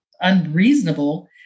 unreasonable